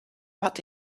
but